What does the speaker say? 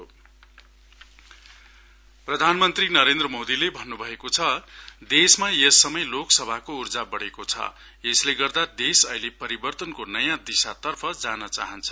PM प्रधानमन्त्री श्री नरेन्द्र मोदीले भन्नु भएको छ देशमा यस समय लोकसभाको ऊर्जा बढेको छ यसैले गर्दा देश अहिले परिवर्तनको नयाँ दिशा तर्फ जान चाहान्छ